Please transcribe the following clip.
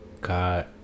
God